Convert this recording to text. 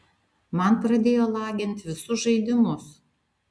man pradėjo lagint visus žaidimus